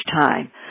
time